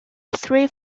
three